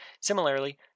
similarly